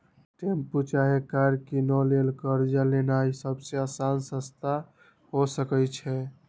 tempo चाहे car किनै लेल कर्जा लेनाइ सबसे अशान रस्ता हो सकइ छै